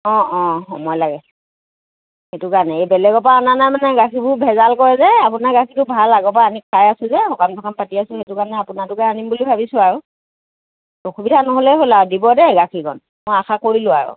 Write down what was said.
অঁ অঁ সময় লাগে সেইটো কাৰণে এই বেলেগৰ পৰা অনা নাই মানে গাখীবোৰ ভেজাল কৰে যে আপোনাৰ গাখীৰটো ভাল আগৰ পৰা আনি খাই আছোঁ যে সকাম চকাম পাতি আছোঁ সেইটো কাৰণে আপোনাৰটোকে আনিম বুলি ভাবিছোঁ আৰু অসুবিধা নহ'লে হ'ল আৰু দিব দেই গাখীৰকণ মই আশা কৰিলোঁ আৰু